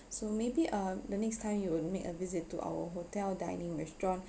so maybe uh the next time you will make a visit to our hotel dining restaurant